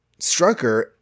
Strucker